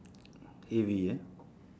heavy eh